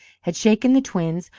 had shaken the twins,